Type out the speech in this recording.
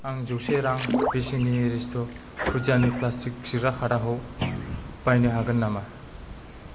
आं जौसे रां बेसेननि एरिस्ट' खुदियानि प्लास्टिक खिग्रा खादाखौ बायनो हागोन नामा